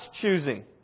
choosing